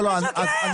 הוא משקר.